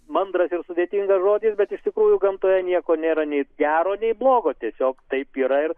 mandras ir sudėtingas žodis bet iš tikrųjų gamtoje nieko nėra nei gero nei blogo tiesiog taip yra ir